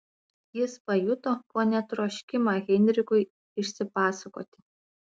jis pajuto kone troškimą heinrichui išsipasakoti